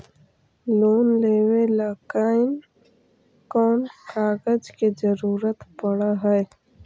Loan लेबे ल कैन कौन कागज के जरुरत पड़ है?